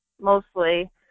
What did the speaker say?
mostly